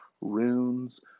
runes